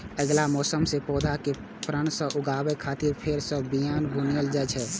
अगिला मौसम मे पौधा कें फेर सं उगाबै खातिर फेर सं बिया बुनल जाइ छै